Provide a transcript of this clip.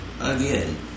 Again